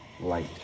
light